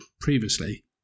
previously